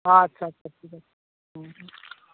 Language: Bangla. আচ্ছা আচ্ছা ঠিক হুম